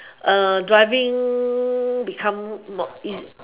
uh driving become more in